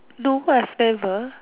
no I've never